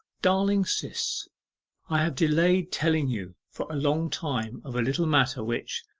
darling sis i have delayed telling you for a long time of a little matter which,